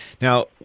Now